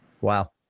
Wow